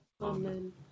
Amen